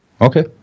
okay